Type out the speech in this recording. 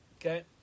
Okay